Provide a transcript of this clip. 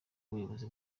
ubuyobozi